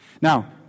Now